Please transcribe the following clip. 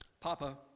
Papa